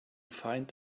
find